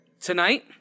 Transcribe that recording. Tonight